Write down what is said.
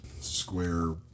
square